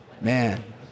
man